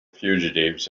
fugitives